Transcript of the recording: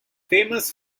famous